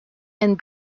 and